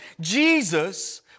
Jesus